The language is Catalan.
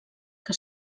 que